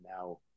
now